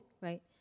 right